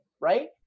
right